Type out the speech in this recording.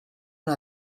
una